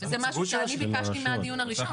זה משהו שאני ביקשתי מהדיון הראשון.